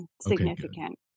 Significant